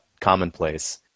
commonplace